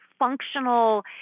functional